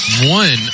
one